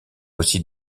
aussi